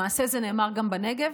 למעשה זה נאמר גם בנגב,